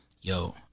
Yo